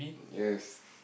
yes